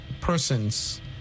persons